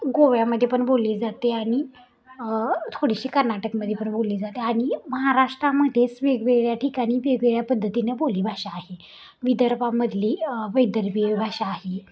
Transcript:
गोव्यामध्ये पण बोलली जाते आणि थोडीशी कर्नाटकमध्ये पण बोलली जाते आणि महाराष्ट्रामध्येच वेगवेगळ्या ठिकाणी वेगवेगळ्या पद्धतीने बोली भाषा आहे विदर्भामधली वैदर्भीय भाषा आहे